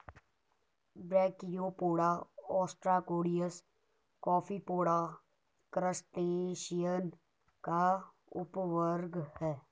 brachiopoda, ostracods, copepoda, crustacean का उपवर्ग है